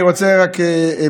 אני רוצה באמת,